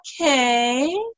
okay